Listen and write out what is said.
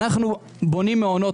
אנחנו בונים מעונות